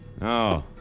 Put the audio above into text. No